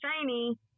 shiny